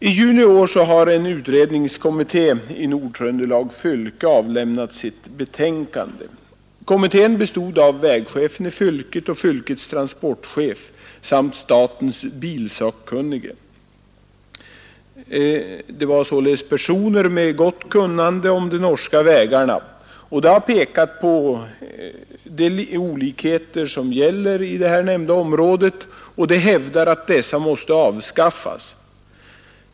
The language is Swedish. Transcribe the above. I juni i år har en utredningskommitté i Nord-Tröndelag fylke avlämnat sitt betänkande. Kommittén bestod av vägchefen i fylket, av fylkets transportchef samt av statens bilsakkunnige — således personer med gott kunnande om de norska vägarna. Kommittén har pekat på de olikheter i bestämmelserna som råder i dessa områden, och den hävdar att dessa skillnader måste avskaffas.